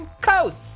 Coast